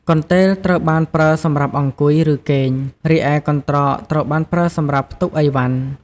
កន្ទេលត្រូវបានប្រើសម្រាប់អង្គុយ ឬគេង រីឯកន្ត្រកត្រូវបានប្រើសម្រាប់ផ្ទុកឥវ៉ាន់។